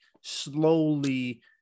slowly